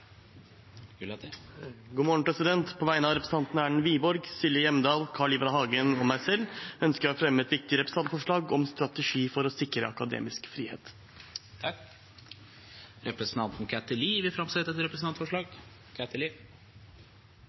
På vegne av representantene Erlend Wiborg, Silje Hjemdal, Carl I. Hagen og meg selv ønsker jeg å fremme et representantforslag om strategi for å sikre akademisk frihet. Representanten Kathy Lie vil framsette et representantforslag.